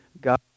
God